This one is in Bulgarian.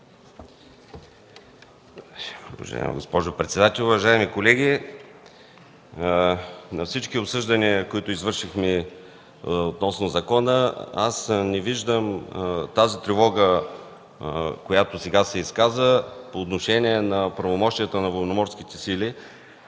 Уважаема госпожо председател, уважаеми колеги! На всички обсъждания, които извършихме относно закона, аз не виждам тази тревога, която сега се изказа по отношение на правомощията на Военноморските сили